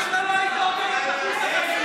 אתה לא היית עובר את אחוז החסימה.